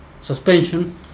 suspension